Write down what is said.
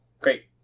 great